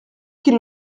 qu’il